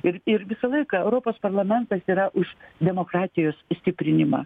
ir ir visą laiką europos parlamentas yra už demokratijos įstiprinimą